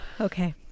okay